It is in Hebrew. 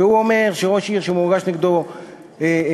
והוא אומר שראש עיר שמוגש נגדו כתב-אישום